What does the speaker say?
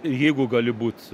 jeigu gali būt